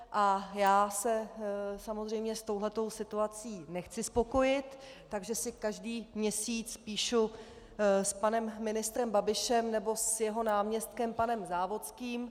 A já se samozřejmě s touto situací nechci spokojit, takže si každý měsíc píšu s panem ministrem Babišem nebo s jeho náměstkem panem Závodským.